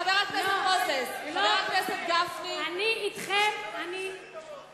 חבר הכנסת גפני, אני קוראת אותך לסדר פעם ראשונה.